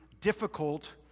difficult